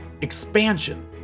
Expansion